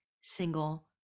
single